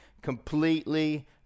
completely